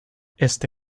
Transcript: este